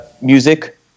music